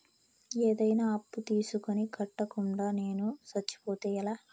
ఏదైనా అప్పు తీసుకొని కట్టకుండా నేను సచ్చిపోతే ఎలా